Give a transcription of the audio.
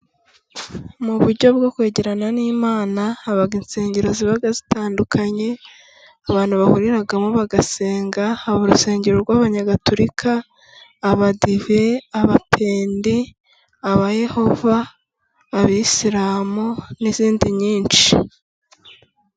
Mu buryo bwo kwegerana n'Imana haba insengero ziba zitandukanye, abantu bahuriramo bagasenga. Haba urusengero rw'Abanyagatulika, Abadive, Abapende, Abayehova, Abisilamu n'izindi nyinshi.